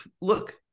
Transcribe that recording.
look